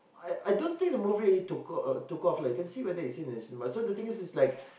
I I don't think the movie really took off uh took off lah you can see whether it's still in the cinemas so the thing is is like